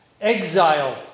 exile